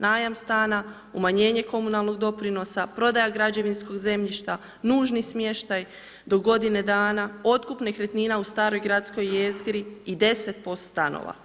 Najam stana, umanjenje komunalnog doprinosa, prodaja građevinskog zemljišta, nužni smještaj do godine dana, otkup nekretnina u staroj gradskoj jezgri i 10 POS stanova.